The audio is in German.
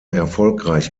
erfolgreich